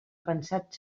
pensat